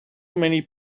many